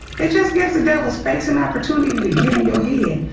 it just gives the devil space and opportunity to get in your head,